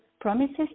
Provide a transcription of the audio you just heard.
promises